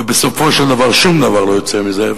ובסופו של דבר שום דבר לא יוצא מזה,